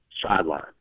sideline